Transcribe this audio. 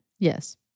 Yes